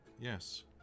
Yes